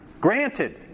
granted